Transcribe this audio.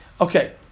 Okay